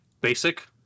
basic